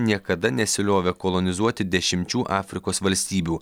niekada nesiliovė kolonizuoti dešimčių afrikos valstybių